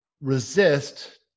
resist